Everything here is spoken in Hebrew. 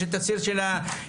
יש את הציר של הטקסים,